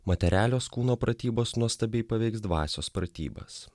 materialios kūno pratybos nuostabiai paveiks dvasios pratybas